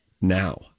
Now